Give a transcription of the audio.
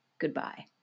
goodbye